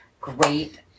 great